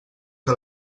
que